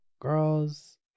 girls